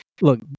look